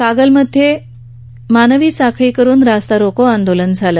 कागलमध्ये मानवी साखळी करून रास्ता रोको आंदोलन झालं